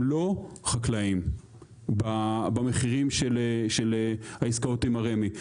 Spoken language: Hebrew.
לא חקלאיים במחירים של העסקאות עם רמ"י.